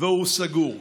והוא סגור.